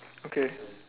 okay